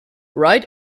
right